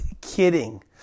kidding